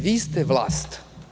Vi ste vlast.